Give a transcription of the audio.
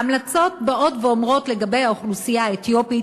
ההמלצות באות ואומרות לגבי האוכלוסייה האתיופית,